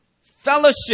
Fellowship